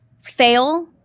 fail